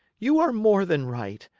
you are more than right,